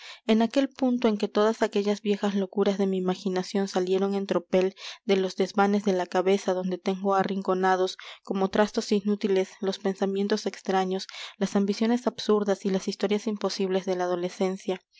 en aquel punto en que todas aquellas viejas locuras de mi imaginación salieron en tropel de los desvanes de la cabeza donde tengo arrinconados como trastos inútiles los pensamientos extraños las ambiciones absurdas y las historias imposibles de la adolescencia